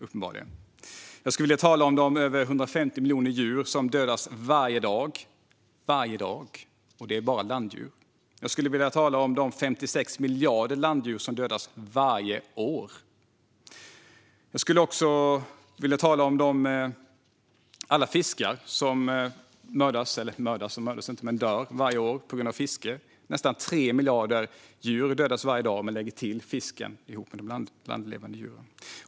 Jag skulle vilja tala om de över 150 miljoner djur som dödas varje dag, och det är bara landdjur. Jag skulle vilja talar om de 56 miljarder landdjur som dödas varje år. Jag skulle också vilja tala om alla de fiskar som dör varje år på grund av fiske. Det är nästan 3 miljarder djur som dödas varje dag om man lägger till fisken ihop med de landlevande djuren.